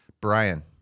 Brian